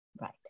Right